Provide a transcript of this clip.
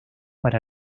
para